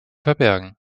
verbergen